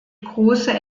große